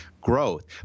growth